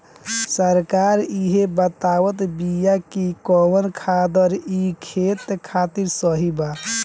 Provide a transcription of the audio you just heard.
सरकार इहे बतावत बिआ कि कवन खादर ई खेत खातिर सही बा